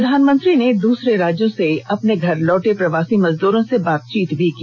प्रधानमंत्री ने दूसरे राज्यों से अपने घर लौटे प्रवासी मजदूरों से बातचीत भी की